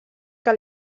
que